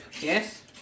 Yes